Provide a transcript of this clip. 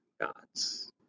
God's